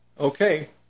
Okay